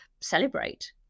celebrate